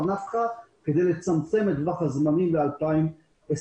"נפחא" כדי לצמצם את טווח הזמנים ל-2023.